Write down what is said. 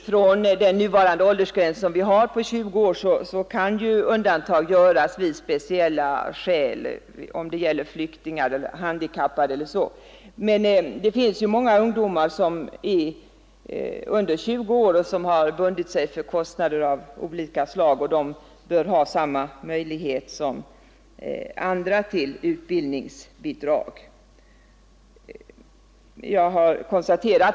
Från den nuvarande åldersgränsen 20 år kan ju undantag göras när speciella skäl föreligger, t.ex. om det gäller flyktingar eller handikappade, men det finns många ungdomar under 20 år som har bundit sig för kostnader av olika slag, och de bör ha samma möjligheter att erhålla utbildningsbidrag som andra.